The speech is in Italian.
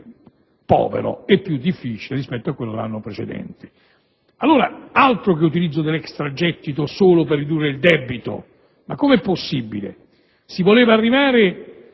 povero e più difficile rispetto a quello dell'anno precedente. Allora, altro che utilizzo dell'extragettito solo per ridurre il debito! Ma com'è possibile? Si voleva arrivare